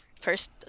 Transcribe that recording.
first